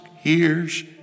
hears